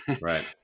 Right